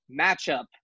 matchup